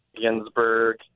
Ginsburg